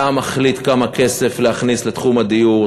אתה מחליט כמה כסף להכניס לתחום הדיור.